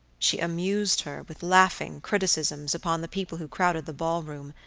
she amused her with laughing criticisms upon the people who crowded the ballroom,